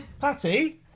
Patty